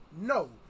No